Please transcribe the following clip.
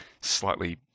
slightly